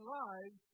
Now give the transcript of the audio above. lives